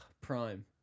Prime